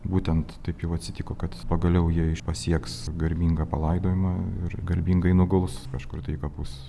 būtent taip jau atsitiko kad pagaliau jie pasieks garbingą palaidojimą ir garbingai nuguls kažkur į kapus